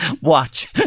watch